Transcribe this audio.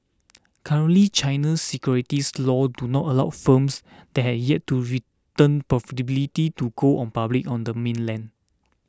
currently China's securities laws do not allow firms that have yet to return to go public on the mainland